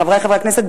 חברי חברי הכנסת,